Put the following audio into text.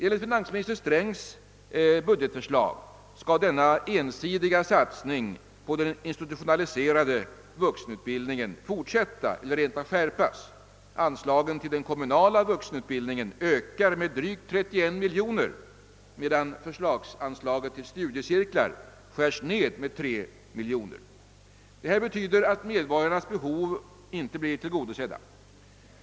Enligt finansminister Strängs budgetförslag skall denna ensidiga satsning på den institutionaliserade undervisningen fortsätta eller rent av skärpas. Anslagen till den kommunala vuxenutbildningen ökar med drygt 31 miljoner kronor, medan förslagsanslaget till studiecirklar skärs ned med 3 miljoner kronor. Detta betyder att medborgarnas behov inte blir tillgodosedda.